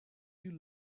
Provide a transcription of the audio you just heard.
you